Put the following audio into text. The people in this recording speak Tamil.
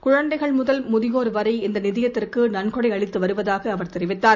குழந்தைகள் முதல் முதியோர் வரை இந்தநிதியத்திற்குநன்கொடைஅளித்துவருவதாகஅவர் தெரிவித்தார்